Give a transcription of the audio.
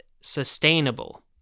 sustainable